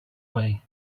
way